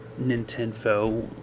Nintendo